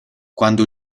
quando